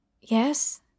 Yes